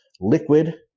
Liquid